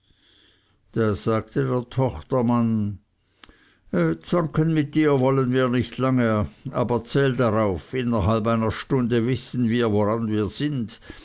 da sagte der tochtermann zanken mit dir wollen wir nicht lange aber zähl darauf innerhalb einer stunde wissen wir woran wir sind